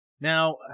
Now